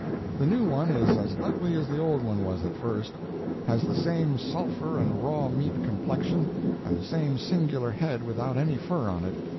the new one is as ugly as the old one was at first has the same sulphur-and-raw-meat complexion and the same singular head without any fur on it.